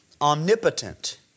omnipotent